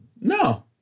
No